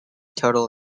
total